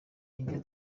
nibyo